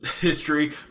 history